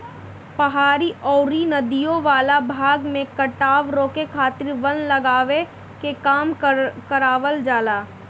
पहाड़ी अउरी नदियों वाला भाग में कटाव रोके खातिर वन लगावे के काम करवावल जाला